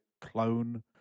clone